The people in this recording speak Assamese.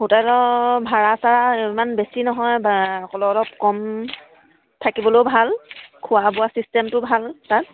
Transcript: হোটেলৰ ভাড়া চাৰা ইমান বেছি নহয় বা অল অলপ কম থাকিবলৈও ভাল খোৱা বোৱা ছিষ্টেমটো ভাল তাত